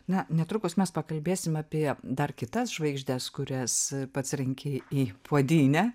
na netrukus mes pakalbėsim apie dar kitas žvaigždes kurias pats renki į puodynę